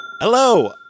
Hello